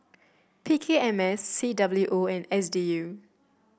P K M S C W O and S D U